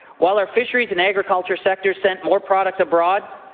while our fisheries and agriculture sector sent more product abroad,